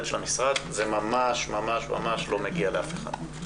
של המשרד זה ממש ממש לא מגיע לאף אחד.